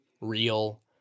real